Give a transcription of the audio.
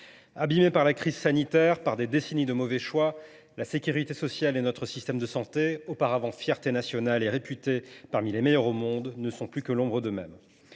abîmés par la crise sanitaire, par des décennies de mauvais choix, la sécurité sociale et notre système de santé, qui étaient auparavant une fierté nationale et étaient réputés pour être parmi les meilleurs au monde, ne sont plus que l’ombre d’eux mêmes.